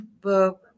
book